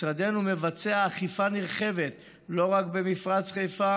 משרדנו מבצע אכיפה נרחבת לא רק במפרץ חיפה